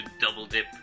double-dip